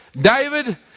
David